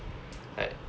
like